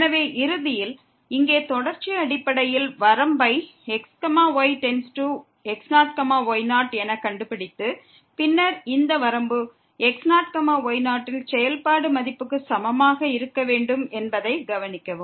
எனவே இறுதியில் இங்கே தொடர்ச்சி அடிப்படையில் வரம்பை x y→x0 y0 என கண்டுபிடித்து பின்னர் இந்த வரம்பு x0 y0 யில் செயல்பாடு மதிப்புக்கு சமமாக இருக்க வேண்டும் என்பதை கவனிக்கவும்